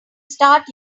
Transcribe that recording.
start